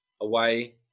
away